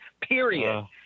Period